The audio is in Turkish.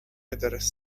ederiz